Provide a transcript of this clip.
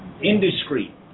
indiscreet